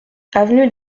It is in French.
avenue